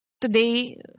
today